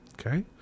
Okay